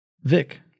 Vic